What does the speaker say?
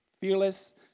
Fearless